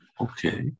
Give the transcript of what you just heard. okay